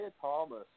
Thomas